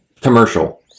commercial